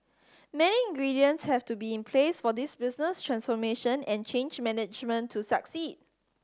many ingredients have to be in place for this business transformation and change management to succeed